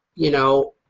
you know,